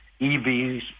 EVs